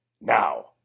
Now